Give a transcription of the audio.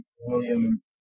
William